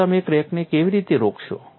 તો તમે ક્રેકને કેવી રીતે રોકશો